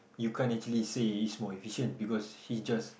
you can't actually say he's more efficient because he's just